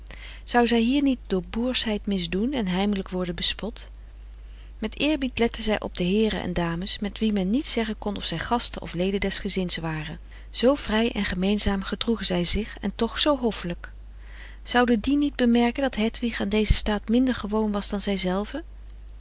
zou zij hier niet door boerschheid misdoen en heimelijk worden bespot met eerbied lette zij op de heeren en dames van wie men niet zeggen kon of zij gasten of leden des gezins waren zoo vrij en gemeenzaam gedroegen zij zich en toch zoo hoffelijk zouden die niet frederik van eeden van de koele meren des doods bemerken dat hedwig aan dezen staat minder gewoon was dan zij zelven